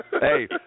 Hey